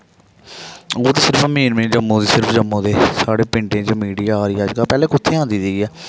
ओह् ते सिर्फ हा मेन मेन जम्मू दे सिर्फ जम्मू दे साढ़े पिंडे च मिडिया आरदी ऐ पैह्लें कु'त्थे आंदी रेही ऐ